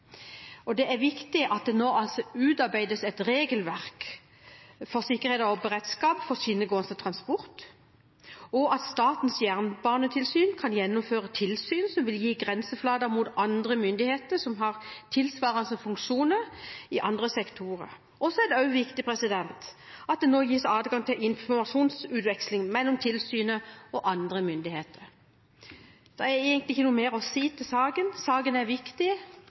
her. Det er viktig at det nå utarbeides et regelverk for sikkerhet og beredskap for skinnegående transport, og at Statens jernbanetilsyn kan gjennomføre tilsyn som vil gi en grenseflate mot andre myndigheter som har tilsvarende funksjoner i andre sektorer. Så er det også viktig at det nå gis adgang til informasjonsutveksling mellom tilsynet og andre myndigheter. Det er egentlig ikke noe mer å si i saken. Saken er viktig,